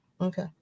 Okay